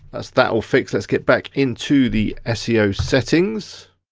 that's that all fixed, let's get back into the seo settings.